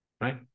right